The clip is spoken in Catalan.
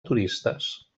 turistes